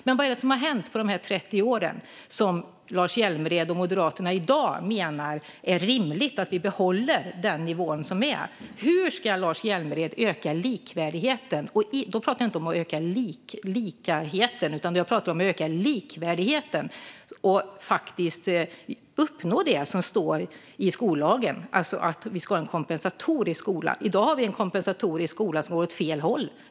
Men vad är det som har hänt på de här 30 åren som gör att Lars Hjälmered och Moderaterna i dag menar att det är rimligt att vi behåller den nivå som gäller? Hur ska Lars Hjälmered öka likvärdigheten? Jag pratar inte om att öka likheten, utan jag pratar om att öka likvärdigheten och faktiskt uppnå det som står i skollagen, alltså att vi ska ha en kompensatorisk skola. I dag har vi en kompensatorisk skola som går åt fel håll.